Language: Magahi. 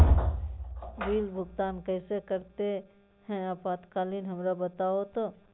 बिल भुगतान कैसे करते हैं आपातकालीन हमरा बताओ तो?